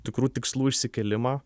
tikrų tikslų išsikėlimą